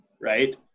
Right